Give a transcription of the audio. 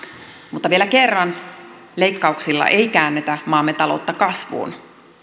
mutta vielä kerran leikkauksilla ei käännetä maamme taloutta kasvuun